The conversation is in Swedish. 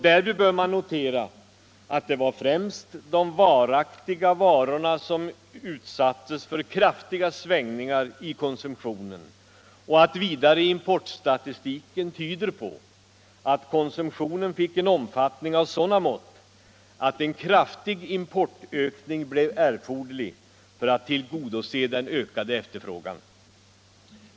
Därvid bör man notera att det var främst de varaktiga varorna som utsattes för kraftiga svängningar i konsumtionen, och att vidare importstatistiken tyder på att konsumtionen fick en omfattning av sådana mått att en kraftig importökning blev erforderlig för att tillgodose den ökade efterfrågan.